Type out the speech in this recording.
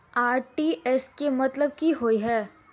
RTGS केँ मतलब की होइ हय?